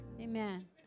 Amen